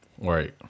Right